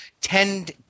tend